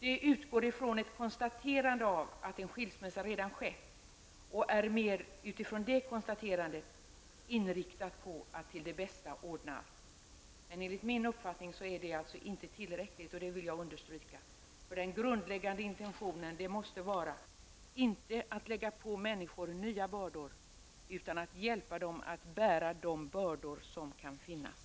Det griper in när man konstaterat att en skilsmässa redan har skett och är utifrån det konstaterandet inriktat på att ordna situationen till det bästa. Men enligt min uppfattning är detta inte tillräckligt, och det vill jag understryka. Den grundläggande intentionen måste vara att inte lägga på människor nya bördor, utan att hjälpa dem att bära de bördor som kan finnas.